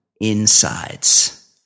insides